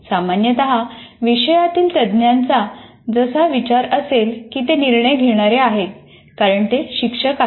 सामान्यत विषयातील तज्ञाचा असा विचार असेल की ते निर्णय घेणारे आहेत कारण ते शिक्षक आहेत